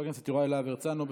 חבר הכנסת יוראי להב הרצנו,